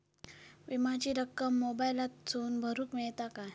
विमाची रक्कम मोबाईलातसून भरुक मेळता काय?